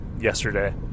yesterday